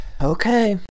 Okay